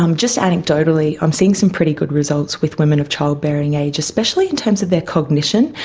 um just anecdotally i'm seeing some pretty good results with women of childbearing age, especially in terms of their cognition.